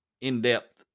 in-depth